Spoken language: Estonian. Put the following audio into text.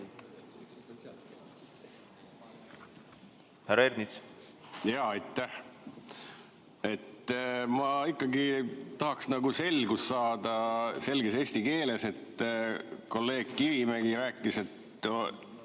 Ma ikkagi tahaks selgust saada selges eesti keeles. Kolleeg Kivimägi rääkis, et